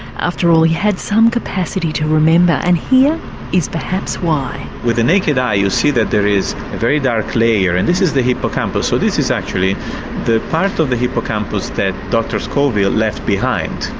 after all. he had some capacity to remember and here is perhaps why. with the naked eye you can see that there is a very dark layer and this is the hippocampus. so this is actually the part of the hippocampus that dr scoville left behind,